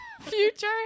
future